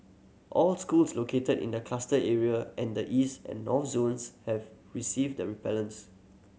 all schools located in the cluster area and the East and North zones have received the repellents